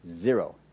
Zero